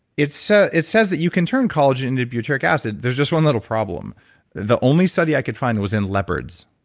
it so it says that you can turn collagen into butyric acid. there's just one little problem the only study i could find was in leopards.